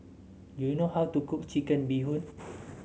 do you know how to cook Chicken Bee Hoon